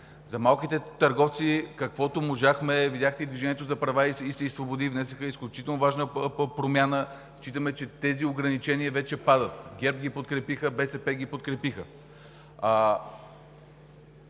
за малките търговци, каквото можахме. Видяхте, и „Движението за права и свободи“ внесоха изключително важна промяна. Считаме, че тези ограничения вече падат. ГЕРБ ги подкрепиха, БСП ги подкрепиха.